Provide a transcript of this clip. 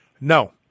No